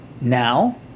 now